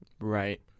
Right